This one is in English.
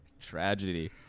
tragedy